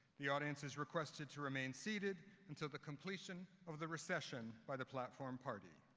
the audience is requested to remain seated until the completion of the recession by the platform party.